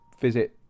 visit